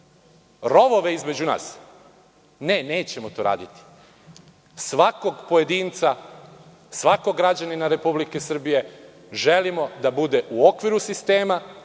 rovove između nas? Ne, nećemo to raditi. Za svakog pojedinca, svakog građanina Republike Srbije želimo da bude u okviru sistema,